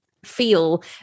feel